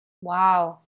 Wow